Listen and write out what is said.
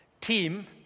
team